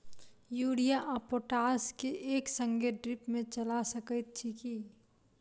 Urea आ potash केँ एक संगे ड्रिप मे चला सकैत छी की?